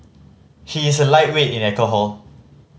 he is a lightweight in alcohol